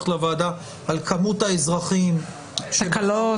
לוועדה על כמות האזרחים --- תקלות,